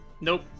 Nope